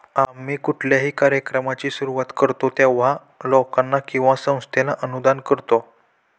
आम्ही कुठल्याही कार्यक्रमाची सुरुवात करतो तेव्हा, लोकांना किंवा संस्थेला अनुदान करतो